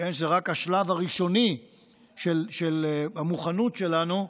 שזה רק השלב הראשוני של המוכנות שלנו,